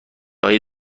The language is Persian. های